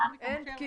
לא נכנסתי לזה